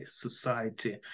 society